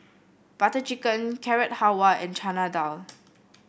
Butter Chicken Carrot Halwa and Chana Dal